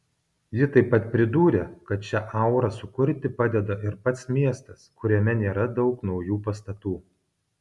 ji taip pat pridūrė kad šią aurą sukurti padeda ir pats miestas kuriame nėra daug naujų pastatų